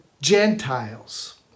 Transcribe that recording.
gentiles